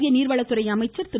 மத்திய நீர்வளத்துறை அமைச்சர் திரு